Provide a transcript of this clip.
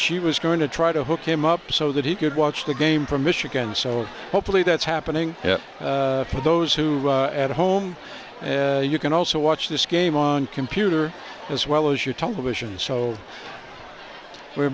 she was going to try to hook him up so that he could watch the game from michigan so hopefully that's happening for those who at home you can also watch this game on computer as well as your television so we're